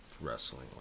wrestling